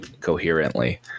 coherently